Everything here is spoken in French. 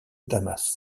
damas